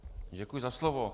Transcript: Děkuji za slovo.